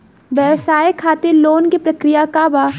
व्यवसाय खातीर लोन के प्रक्रिया का बा?